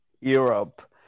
Europe